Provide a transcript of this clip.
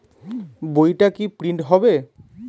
বইটা কি প্রিন্ট হবে?